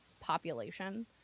population